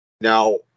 Now